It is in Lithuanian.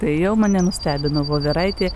tai jau mane nustebino voveraitė